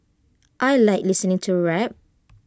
I Like listening to rap